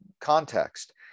context